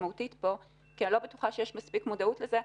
משמעותית כאן כי אני לא בטוחה שיש מספיק מודעות לזה.